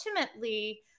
ultimately